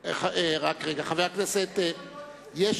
לראות את זה, רק רגע, חבר הכנסת.